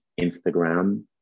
Instagram